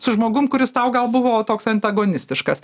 su žmogum kuris tau gal buvo toks antagonistiškas